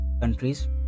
countries